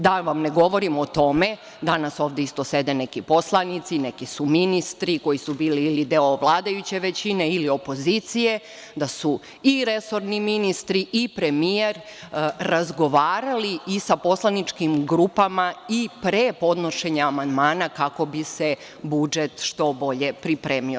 Da vam ne govorimo o tome, danas ovde isto sede neki poslanici, neki su ministri koji su bili ili deo vladajuće većine ili opozicije, da su i resorni ministri i premijer razgovarali sa poslaničkim grupama i pre podnošenja amandmana kako bi se budžet što bolje pripremio.